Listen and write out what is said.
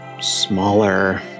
smaller